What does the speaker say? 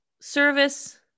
Service